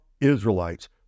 Israelites